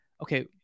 okay